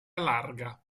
larga